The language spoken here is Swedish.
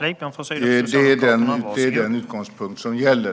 Herr talman! Det är den utgångspunkt som gäller.